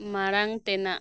ᱢᱟᱲᱟᱝ ᱛᱮᱱᱟᱜ